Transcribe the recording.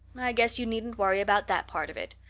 i guess you needn't worry about that part of it.